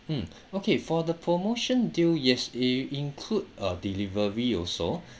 mm okay for the promotion deal yes it include a delivery also